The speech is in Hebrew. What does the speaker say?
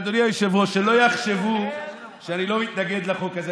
אדוני היושב-ראש שאני לא מתנגד לחוק הזה.